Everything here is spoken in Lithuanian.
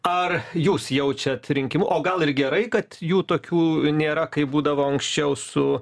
ar jūs jaučiat rinkimų o gal ir gerai kad jų tokių nėra kaip būdavo anksčiau su